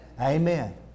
Amen